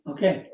Okay